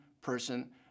person